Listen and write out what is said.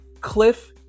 Cliff